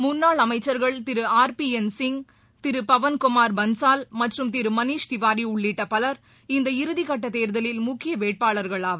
முன்னாள் அமைச்சர்கள் திரு ஆர் பி என் சிங் திரு பவன்கமார் பன்சால் மற்றும் திரு மணீஸ்திவாரி உள்ளிட்ட பலர் இந்த இறுதிக்கட்ட தேர்தலில் முக்கிய வேட்பாளர்கள் ஆவர்